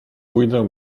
pójdę